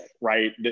right